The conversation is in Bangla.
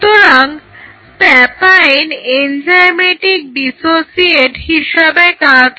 সুতরাং প্যাপাইন এনজাইমেটিক ডিসোসিয়েট হিসেবে কাজ করে